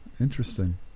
Interesting